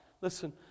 Listen